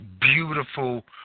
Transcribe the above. beautiful